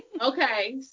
Okay